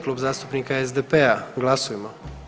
Klub zastupnika SDP-a, glasujmo.